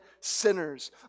sinners